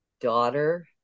daughter